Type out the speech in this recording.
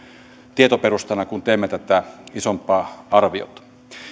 tietoperustana kun teemme tätä isompaa arviota